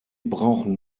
brauchen